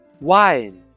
Wine